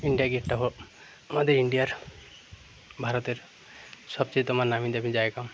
India গেটটা আবার আমাদের ইন্ডিয়ার ভারতের সবচেয়ে তোমার নামি দামি জায়গা